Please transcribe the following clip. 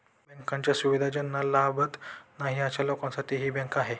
बँकांच्या सुविधा ज्यांना लाभत नाही अशा लोकांसाठी ही बँक आहे